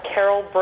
Carol